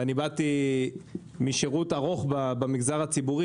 באתי משירות ארוך במגזר הציבורי.